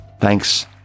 Thanks